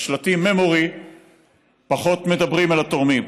שלטי memory פחות מדברים אל התורמים.